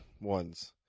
ones